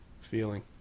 feeling